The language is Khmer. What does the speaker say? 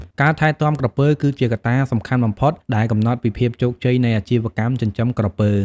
ការថែទាំក្រពើ គឺជាកត្តាសំខាន់បំផុតដែលកំណត់ពីភាពជោគជ័យនៃអាជីវកម្មចិញ្ចឹមក្រពើ។